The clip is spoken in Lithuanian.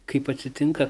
kaip atsitinka